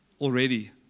already